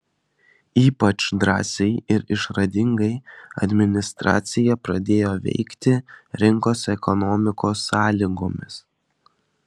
ypač drąsiai ir išradingai administracija pradėjo veikti rinkos ekonomikos sąlygomis